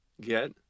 get